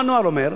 מה הנוהל אומר?